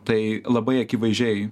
tai labai akivaizdžiai